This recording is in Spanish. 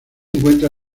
encuentra